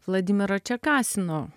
vladimiro čekasino